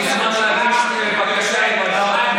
יש לו זמן להגיש בקשה לוועדה המתמדת.